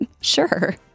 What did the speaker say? Sure